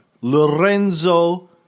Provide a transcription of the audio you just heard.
Lorenzo